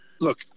Look